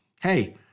Hey